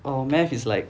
uh mathematics is like